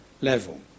level